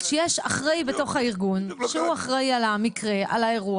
שיש אחראי בתוך הארגון שהוא אחראי על האירוע,